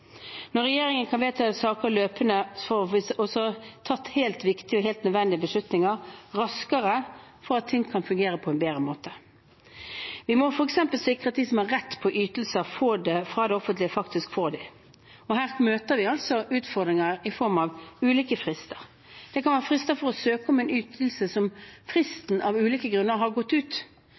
Når regjeringen kan vedta saker løpende, kan vi få tatt helt viktige og helt nødvendige beslutninger raskere for at ting kan fungere på en bedre måte. Vi må f.eks. sikre at de som har rett på ytelser fra det offentlige, faktisk får det. Her møter vi altså utfordringer i form av ulike frister. Det kan være frister for å søke om en ytelse der fristen av ulike grunner har gått ut,